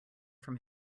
from